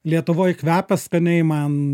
lietuvoj kvepia skaniai man